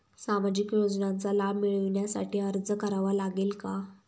सामाजिक योजनांचा लाभ मिळविण्यासाठी अर्ज करावा लागेल का?